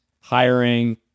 hiring